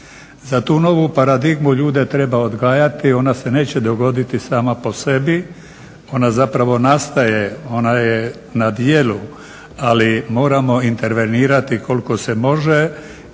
Za tu novu paradigmu ljude treba odgajati, ona se neće dogoditi sama po sebi, ona zapravo nastaje, ona je na djelu, ali moramo intervenirati koliko se može